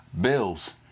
Bills